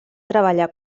treballar